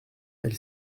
elle